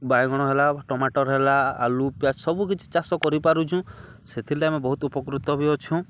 ବାଇଗଣ ହେଲା ଟମାଟର୍ ହେଲା ଆଳୁ ପିଆଜ ସବୁ କିଛି ଚାଷ କରିପାରୁଚୁଁ ସେଥିଲାଗି ଆମେ ବହୁତ ଉପକୃତ ବି ଅଛୁଁ